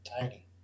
tiny